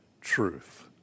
truth